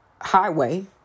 highway